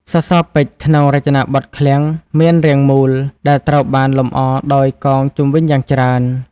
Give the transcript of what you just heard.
សសរពេជ្រក្នុងរចនាបថឃ្លាំងមានរាងមូល ដែលត្រូវបានលម្អដោយកងជុំវិញយ៉ាងច្រើន។